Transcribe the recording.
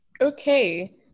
Okay